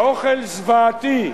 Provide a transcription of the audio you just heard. האוכל זוועתי,